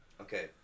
Okay